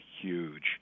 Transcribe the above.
huge